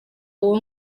uwo